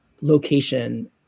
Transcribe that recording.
location